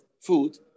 food